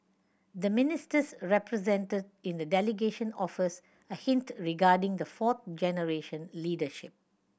the Ministers represented in the delegation offers a hint regarding the fourth generation leadership